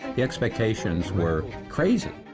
the expectations were crazy.